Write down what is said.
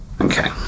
okay